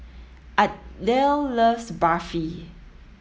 Adel loves Barfi